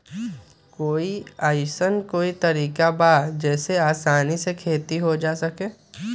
कोई अइसन कोई तरकीब बा जेसे आसानी से खेती हो सके?